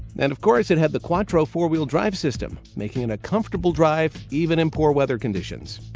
and of course, it had the quattro four-wheel-drive system making it a comfortable drive even in poor weather conditions.